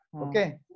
Okay